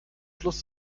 schluss